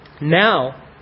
Now